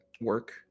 work